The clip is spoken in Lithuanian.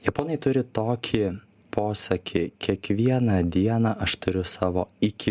japonai turi tokį posakį kiekvieną dieną aš turiu savo iki